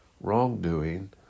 wrongdoing